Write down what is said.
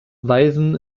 weisen